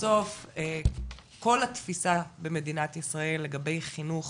בסוף כל התפיסה במדינת ישראל לגבי חינוך